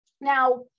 Now